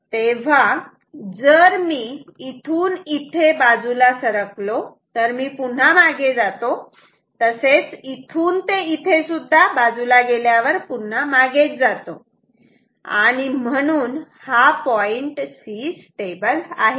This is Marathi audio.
तेव्हा जर मी इथून इथे बाजूला सरकलो तर मी पुन्हा मागे जातो तसेच इथून ते इथे सुद्धा बाजूला गेल्यावर पुन्हा मागेच जातो आणि म्हणून हा पॉईंट C स्टेबल आहे का